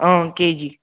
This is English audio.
K G